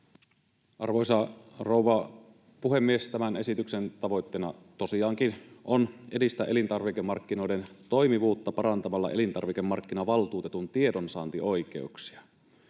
Arvoisa rouva puhemies! Tämän esityksen tavoitteena tosiaankin on edistää elintarvikemarkkinoiden toimivuutta parantamalla elintarvikemarkkinavaltuutetun tiedonsaantioikeuksia.